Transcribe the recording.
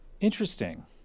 Interesting